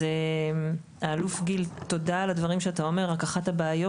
אז האלוף גיל תודה על הדברים שאתה אומר רק אחת הבעיות